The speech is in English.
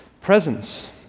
presence